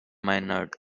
maynard